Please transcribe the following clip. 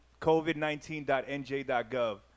covid19.nj.gov